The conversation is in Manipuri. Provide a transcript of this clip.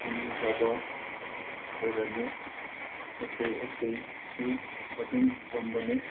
ꯆꯤꯡ ꯀꯥꯕ ꯑꯣꯏꯔꯅꯤ ꯑꯇꯩ ꯑꯇꯩꯁꯨ ꯑꯗꯨꯝ ꯄꯥꯝꯕꯅꯦ